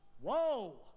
whoa